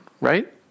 right